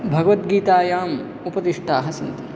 भगवद्गीतायाम् उपदिष्टाः सन्ति